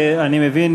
אני מבין